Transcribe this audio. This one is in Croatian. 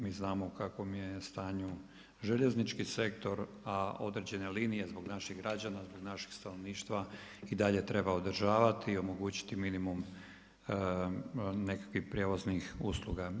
Mi znamo u kakvom je stanju željeznički sektor, a određene linije zbog naših građana, zbog našeg stanovništva i dalje treba održavati i omogućiti minimum nekakvih prijevoznih usluga.